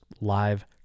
live